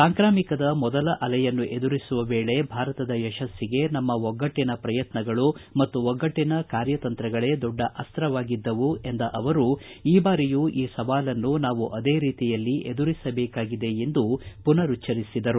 ಸಾಂಕ್ರಾಮಿಕದ ಮೊದಲ ಅಲೆಯನ್ನು ಎದುರಿಸುವ ವೇಳೆ ಭಾರತದ ಯಶಸ್ನಿಗೆ ನಮ್ನ ಒಗ್ಗಟ್ಲಿನ ಪ್ರಯತ್ನಗಳು ಮತ್ತು ಒಗ್ಗಟ್ಷಿನ ಕಾರ್ಯತಂತ್ರಗಳೇ ದೊಡ್ಡ ಅಸ್ತವಾಗಿದ್ದವು ಎಂದ ಅವರು ಈ ಬಾರಿಯೂ ಈ ಸವಾಲನ್ನು ನಾವು ಅದೇ ರೀತಿಯಲ್ಲಿ ಎದುರಿಸಬೇಕಾಗಿದೆ ಎಂದು ಪುನರುಚ್ವರಿಸಿದರು